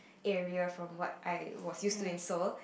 area from what I was used to in Seoul